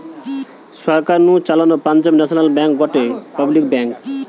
সরকার নু চালানো Punjab National Bank গটে পাবলিক ব্যাঙ্ক